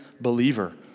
believer